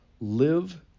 live